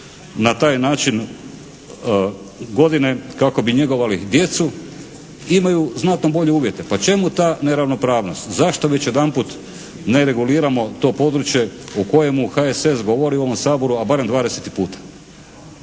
na taj način godine kako bi njegovali djecu imaju znatno bolje uvjete. Pa čemu ta neravnopravnost? Zašto već jedanput ne reguliramo to područje o kojemu HSS govori u ovom Saboru, a barem